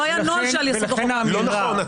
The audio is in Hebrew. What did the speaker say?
לא היה נוהל שעל יסוד תוכנם --- לא נכון,